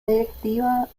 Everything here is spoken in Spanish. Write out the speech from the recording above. directiva